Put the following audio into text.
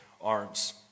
arms